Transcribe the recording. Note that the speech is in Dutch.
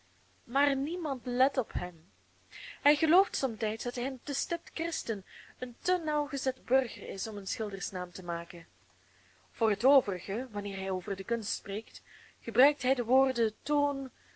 maar niemand let op hem hij gelooft somtijds dat hij een te stipt christen een te nauwgezet burger is om een schildersnaam te maken voor het overige wanneer hij over de kunst spreekt gebruikt hij de woorden toon